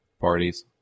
parties